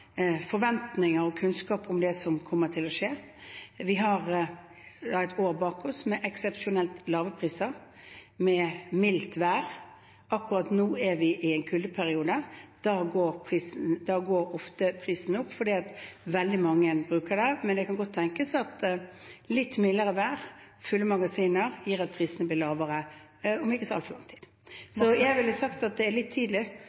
forventninger og kunnskap om det som kommer til å skje. Vi har et år bak oss med eksepsjonelt lave priser, med mildt vær. Akkurat nå er vi i en kuldeperiode. Da går ofte prisen opp fordi veldig mange bruker strøm. Men det kan godt tenkes at litt mildere vær og fulle magasiner gjør at prisen blir lavere om ikke så altfor lang tid. Så jeg ville sagt at det er litt tidlig